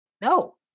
no